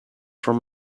from